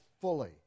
fully